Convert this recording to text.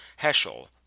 Heschel